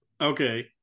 Okay